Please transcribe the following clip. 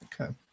Okay